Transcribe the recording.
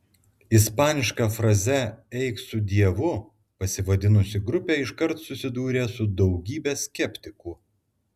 ispaniška fraze eik su dievu pasivadinusi grupė iškart susidūrė su daugybe skeptikų